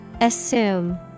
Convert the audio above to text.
Assume